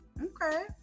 Okay